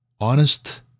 honest